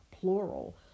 plural